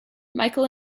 michael